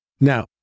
Now